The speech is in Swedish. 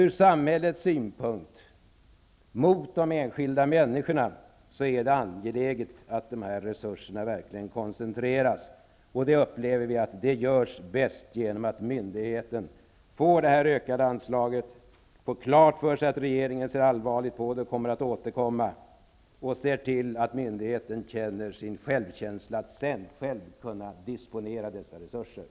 Ur samhällets synpunkt, för de enskilda människorna, är det därför angeläget att de här resurserna verkligen koncentreras, och vi menar att det sker bäst genom att myndigheterna får denna anslagsökning och genom att de får klart för sig att regeringen ser allvarligt på frågan och skall återkomma. Om de själva får disponera dessa resurser skapas också en självkänsla på myndigheterna.